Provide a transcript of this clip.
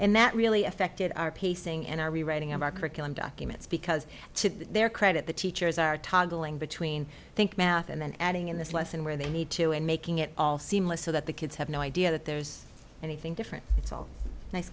and that really affected our pacing and our rewriting of our curriculum documents because to their credit the teachers are toggling between think math and then adding in this lesson where they need to and making it all seamless so that the kids have no idea that there's anything different it's all nice